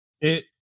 It-